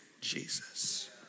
Jesus